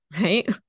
right